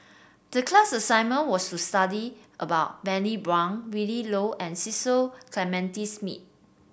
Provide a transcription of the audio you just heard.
the class assignment was to study about Bani Buang Willin Low and Cecil Clementi Smith